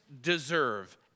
deserve